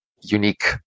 unique